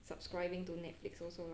subscribing to netflix also lah